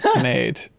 Made